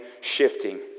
shifting